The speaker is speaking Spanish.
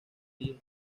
día